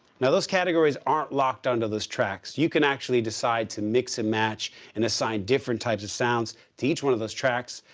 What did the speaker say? now, those categories aren't locked onto those tracks. you can actually decide to mix and match and assign different types of sounds to each one of those tracks.